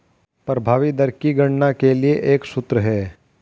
प्रभावी दर की गणना के लिए एक सूत्र है